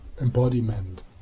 embodiment